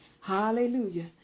Hallelujah